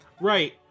Right